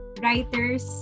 writers